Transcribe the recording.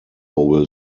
will